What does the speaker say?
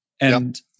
And-